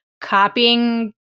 copying